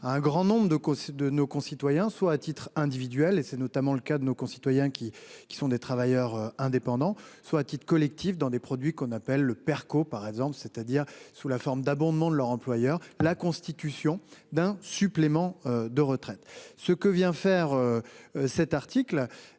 un grand nombre de de nos concitoyens soit à titre individuel et c'est notamment le cas de nos concitoyens qui, qui sont des travailleurs indépendants, soit Tite collectif dans des produits qu'on appelle le perco par exemple c'est-à-dire sous la forme d'abondement de leur employeur, la constitution d'un supplément de retraite. Ce que vient faire. Cet article.